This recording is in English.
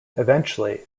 eventually